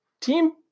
Team